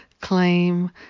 claim